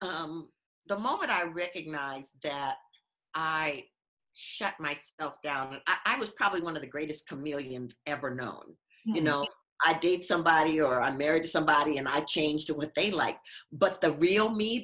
mean the moment i recognized that i shut myself down i was probably one of the greatest chameleon ever known you know i did somebody or i married somebody and i changed what they like but the real me